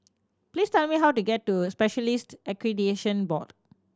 please tell me how to get to Specialist Accreditation Board